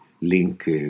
link